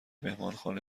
مهمانخانه